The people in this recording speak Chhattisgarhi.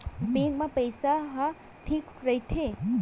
बैंक मा पईसा ह ठीक राइथे?